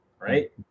right